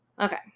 Okay